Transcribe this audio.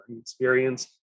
Experience